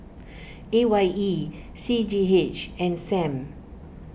A Y E C G H and Sam